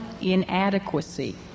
inadequacy